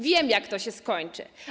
Wiem, jak to się skończy.